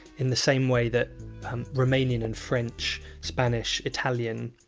in the same way that romanian and french, spanish, italian,